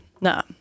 no